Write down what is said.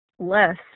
less